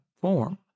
form